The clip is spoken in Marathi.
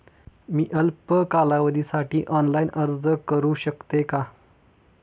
मी अल्प कालावधीसाठी ऑनलाइन अर्ज करू शकते का?